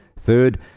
Third